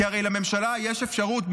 כי הרי לממשלה יש אפשרות,